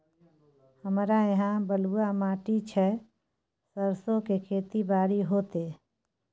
हमरा यहाँ बलूआ माटी छै सरसो के खेती बारी होते?